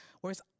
whereas